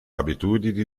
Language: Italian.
abitudini